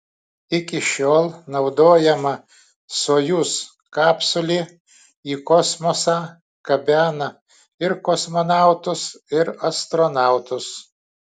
iki šiol naudojama sojuz kapsulė į kosmosą gabena ir kosmonautus ir astronautus